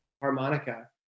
harmonica